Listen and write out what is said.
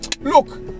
look